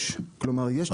יש, כלומר יש תיקון חוק.